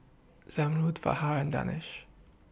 Zamrud Fahar and Danish